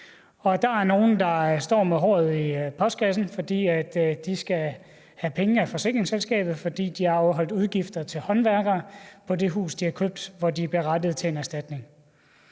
Der er nogle, der står med håret i postkassen, fordi de skal have penge af forsikringsselskabet, fordi de har afholdt udgifter til håndværkere på det hus, de har købt, og hvor de er berettiget til en erstatning.